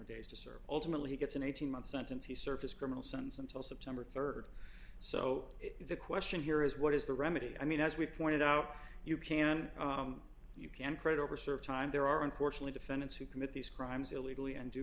days to serve ultimately he gets an eighteen month sentence he surface criminal sons until september rd so if the question here is what is the remedy i mean as we've pointed out you can and you can create over serve time there are unfortunately defendants who commit these crimes illegally and